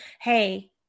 hey